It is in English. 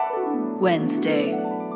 Wednesday